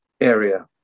area